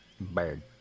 Bird